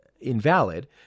invalid